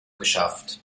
geschafft